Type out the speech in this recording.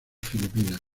filipinas